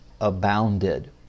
abounded